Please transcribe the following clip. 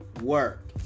work